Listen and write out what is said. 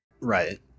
Right